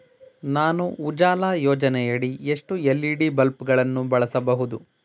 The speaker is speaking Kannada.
ನಾನು ಉಜಾಲ ಯೋಜನೆಯಡಿ ಎಷ್ಟು ಎಲ್.ಇ.ಡಿ ಬಲ್ಬ್ ಗಳನ್ನು ಬಳಸಬಹುದು?